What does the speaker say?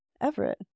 Everett